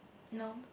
no